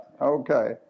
Okay